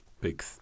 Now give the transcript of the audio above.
big